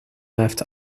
left